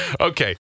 Okay